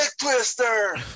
twister